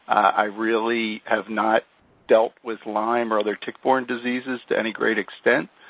i really have not dealt with lyme or other tick-borne diseases to any great extent,